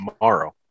tomorrow